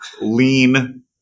lean